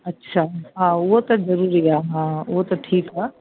अच्छा हा उहो त ज़रूरी आहे हा उहो त ठीकु आहे